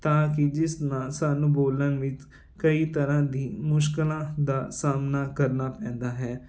ਤਾਂ ਕਿ ਜਿਸ ਨਾਲ ਸਾਨੂੰ ਬੋਲਣ ਵਿੱਚ ਕਈ ਤਰ੍ਹਾਂ ਦੀ ਮੁਸ਼ਕਿਲਾਂ ਦਾ ਸਾਹਮਣਾ ਕਰਨਾ ਪੈਂਦਾ ਹੈ